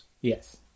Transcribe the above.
Yes